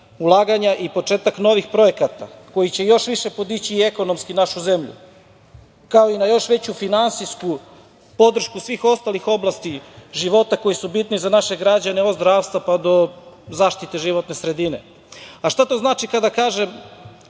ulaganja i početak novih projekata koji će još više podići ekonomski našu zemlju, kao i na još veću finansijsku podršku svih ostalih oblasti života koje su bitne za naše građane, od zdravstva, pa do zaštite životne sredine. Šta to znači kada kažem